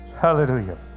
Hallelujah